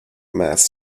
mass